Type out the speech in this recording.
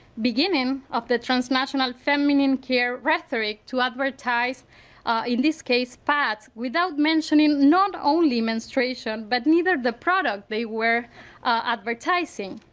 beginning of the transactional feminine care rhetoric to advertise in this case pads without mentioning not only menstruation, but neither the product they were advertising.